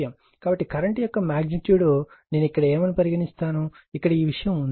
కాబట్టి కరెంట్ యొక్క మగ్నిట్యూడ్ నేను ఇక్కడ ఏమని పరిగణిస్తాను ఇక్కడ ఈ విషయం ఉంది